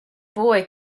boy